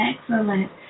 Excellent